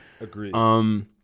Agreed